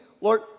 Lord